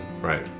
Right